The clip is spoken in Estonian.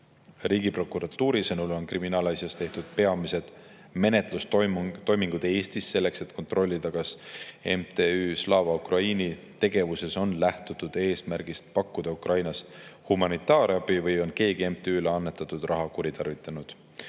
Riigiprokuratuuri sõnul on kriminaalasjas tehtud peamised menetlustoimingud Eestis selleks, et kontrollida, kas MTÜ Slava Ukraini tegevuses on lähtutud eesmärgist pakkuda Ukrainas humanitaarabi või on keegi MTÜ‑le annetatud raha kuritarvitanud.